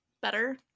Better